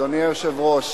אדוני היושב-ראש,